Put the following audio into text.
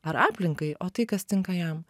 ar aplinkai o tai kas tinka jam